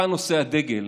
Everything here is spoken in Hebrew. אתה נושא הדגל